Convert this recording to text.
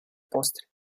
postre